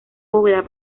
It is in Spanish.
bóveda